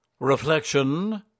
Reflection